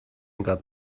got